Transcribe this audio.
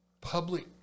public